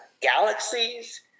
galaxies